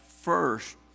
first